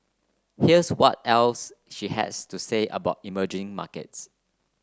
here's what else she has to say about emerging markets